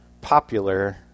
popular